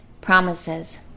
promises